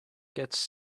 gets